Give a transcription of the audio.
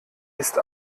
ist